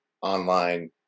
online